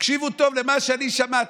תקשיבו טוב למה שאני שמעתי,